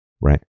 right